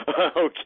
Okay